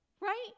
Right